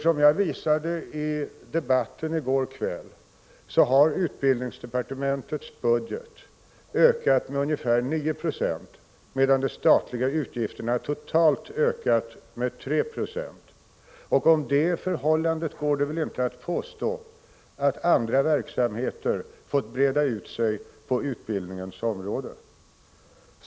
Som jag redovisade i debatten i går kväll har utbildningsdepartementets budget ökat med ungefär 9 26, medan de statliga utgifterna totalt ökat med 3 96. Härvidlag går det väl inte att påstå att andra verksamheter har fått breda ut sig på utbildningens bekostnad.